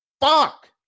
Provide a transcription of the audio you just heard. fuck